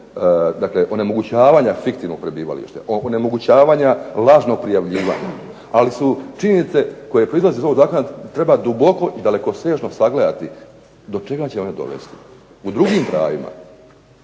dakle onemogućavanja fiktivnog prebivališta, onemogućavanja lažnog prijavljivanja. Ali su činjenice koje proizlaze iz ovog zakona treba duboko i dalekosežno sagledati do čega će one dovesti u drugim pravima.